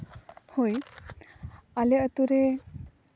ᱦᱳᱭ ᱟᱞᱮ ᱟᱛᱳ ᱨᱮ